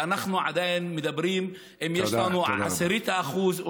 ואנחנו עדיין מדברים אם יש לנו 0.1% או